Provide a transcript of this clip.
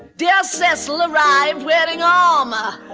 the yeah cecil arrived wearing armor,